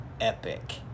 Epic